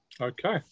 Okay